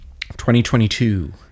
2022